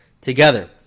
Together